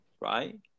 right